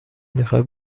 میخوای